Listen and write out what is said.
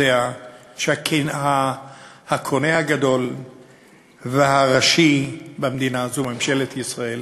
יודע שהקונה הגדול והראשי במדינה הוא ממשלת ישראל.